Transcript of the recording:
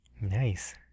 Nice